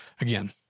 again